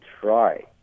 try